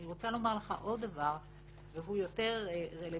אני רוצה לומר לך עוד דבר שהוא יותר רלוונטי